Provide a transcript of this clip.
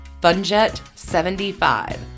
FUNJET75